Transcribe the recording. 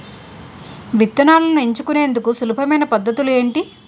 విత్తనాలను ఎంచుకునేందుకు సులభమైన పద్ధతులు ఏంటి?